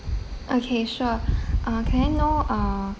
okay sure uh can I know uh